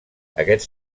aquests